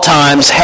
times